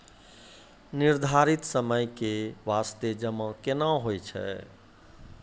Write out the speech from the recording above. निर्धारित समय के बास्ते जमा केना होय छै?